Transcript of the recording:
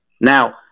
Now